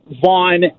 Vaughn